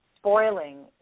spoiling